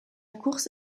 course